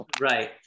Right